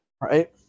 right